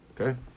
okay